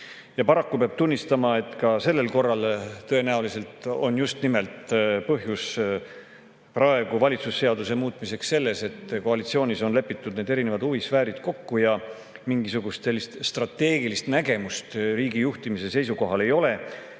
Paraku peab tunnistama, et ka sel korral tõenäoliselt on põhjus valitsuse seaduse muutmiseks just nimelt selles, et koalitsioonis on lepitud need huvisfäärid kokku ja mingisugust strateegilist nägemust riigijuhtimise seisukohalt ei ole.